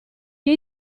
che